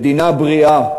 מדינה בריאה,